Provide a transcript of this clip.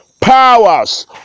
Powers